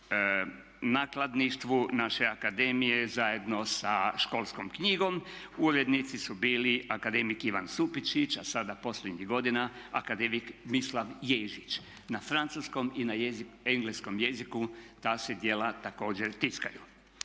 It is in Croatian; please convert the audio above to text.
nakladništvu naše akademije zajedno sa Školskom knjigom. Urednici su bili akademik Ivan Supičić a sada posljednjih godina akademik Mislav Ježić. Na francuskom i na engleskom jeziku ta se djela također tiskaju.